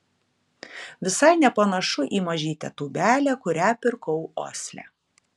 visai nepanašu į mažytę tūbelę kurią pirkau osle